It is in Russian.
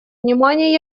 внимание